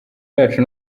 yacu